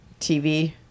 TV